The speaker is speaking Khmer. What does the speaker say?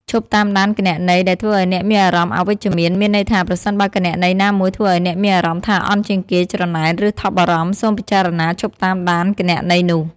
ឈប់តាមដានគណនីដែលធ្វើឱ្យអ្នកមានអារម្មណ៍អវិជ្ជមាន មានន័យថាប្រសិនបើគណនីណាមួយធ្វើឱ្យអ្នកមានអារម្មណ៍ថាអន់ជាងគេ ច្រណែន ឬថប់បារម្ភ សូមពិចារណាឈប់តាមដានគណនីនោះ។